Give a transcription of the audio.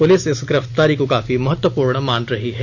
police इस गिरफ्तारी को कार्फी महत्वपूर्ण मान रही है